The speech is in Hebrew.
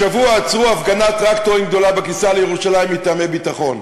השבוע עצרו הפגנת טרקטורים גדולה בכניסה לירושלים מטעמי ביטחון.